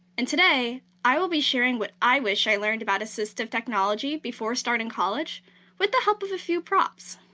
and today, i will be sharing what i wish i learned about assistive technology before starting college with the help of a few props.